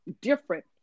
different